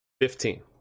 Fifteen